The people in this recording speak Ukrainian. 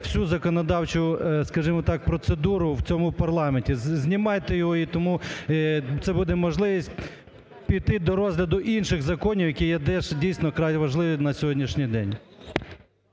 скажімо так, процедуру в цьому парламенті. Знімайте його, і тому це буде можливість піти до розгляду інших законів, які є теж, дійсно, вкрай важливі на сьогоднішній день.